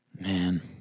Man